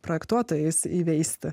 projektuotojais įveisti